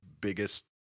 biggest